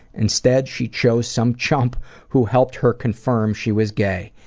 instead, she chose some chump who helped her confirm she was gay.